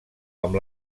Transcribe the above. amb